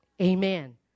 Amen